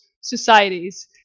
societies